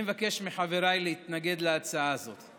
אני מבקש מחבריי להתנגד להצעת החוק הזאת.